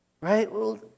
Right